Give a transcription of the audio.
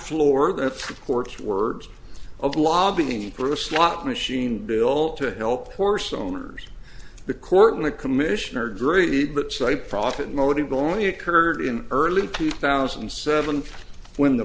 floor that reports words of lobbying for a slot machine bill to help horse owners the court and a commissioner jury but cite profit motive only occurred in early two thousand and seven when the